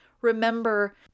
remember